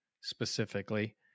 specifically